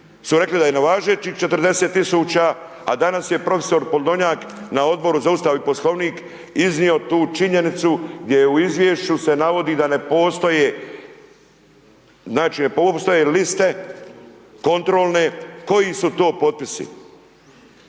su rekli da je nevažećih 40 000 a danas je prof. Podolnjak na Odboru za Ustav i Poslovnik iznio tu činjenicu gdje je u izvješću se navodi da ne postoje liste kontrolne, koji su to potpisi.